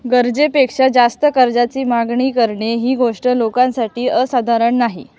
गरजेपेक्षा जास्त कर्जाची मागणी करणे ही गोष्ट लोकांसाठी असाधारण नाही